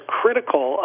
critical